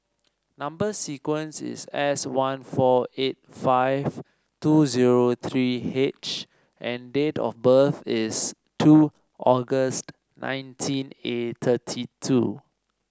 number sequence is S one four eight five two zero three H and date of birth is two August nineteen and thirty two